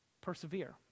persevere